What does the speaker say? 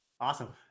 awesome